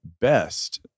best